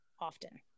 often